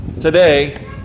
today